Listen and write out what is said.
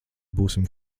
būsim